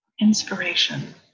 inspiration